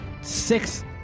six